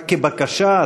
רק כבקשה,